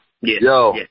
Yo